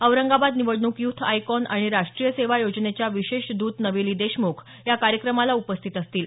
औरंगाबाद निवडणूक youth icon आणि राष्टीय सेवा योजनेच्या विशेष दत नवेली देशमुख या कार्यक्रमाला उपस्थित असतील